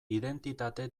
identitate